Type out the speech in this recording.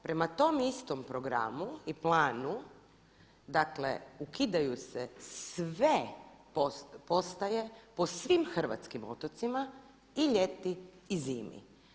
Prema tom istom programu i planu, dakle ukidaju se sve postaje po svim hrvatskim otocima i ljeti i zimi.